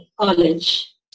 college